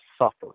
suffer